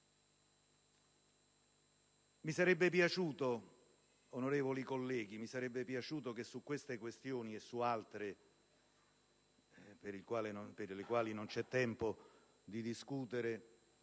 Mi sarebbe piaciuto, onorevoli colleghi, che su tali questioni e su altre, per le quali non c'è tempo di discutere,